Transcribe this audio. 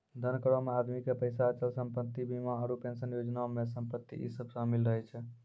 धन करो मे आदमी के पैसा, अचल संपत्ति, बीमा आरु पेंशन योजना मे संपत्ति इ सभ शामिल रहै छै